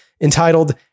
entitled